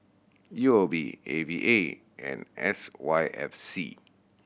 U O B A V A and S Y F C